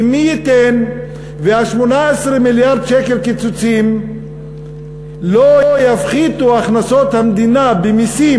כי מי ייתן ו-18 מיליארד שקל קיצוצים לא יפחיתו הכנסות המדינה ממסים